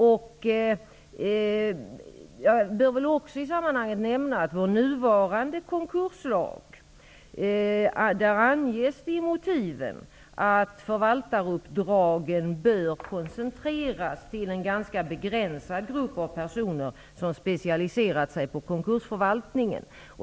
Jag bör i sammanhanget nämna att i motiven till vår nuvarande lagstiftning anges att förvaltaruppdragen bör koncentreras till en ganska begränsad grupp av personer som har specialiserat sig på konkursförvaltning.